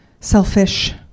selfish